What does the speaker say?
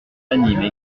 animent